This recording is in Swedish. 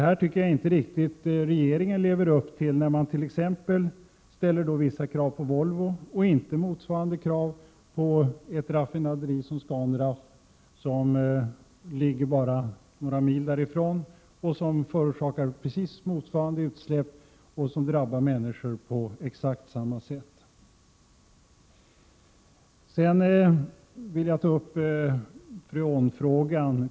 Jag tycker emellertid inte att regeringen riktigt lever upp till detta, när man t.ex. ställer vissa krav på Volvo och inte motsvarande krav på ett raffinaderi som Scanraff, som ligger bara några mil från Volvos anläggning och som förorsakar precis motsvarande utsläpp, som drabbar människor på exakt samma sätt. Sedan vill jag ta upp freonfrågan.